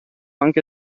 anche